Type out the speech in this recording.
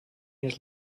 his